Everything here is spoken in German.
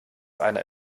einer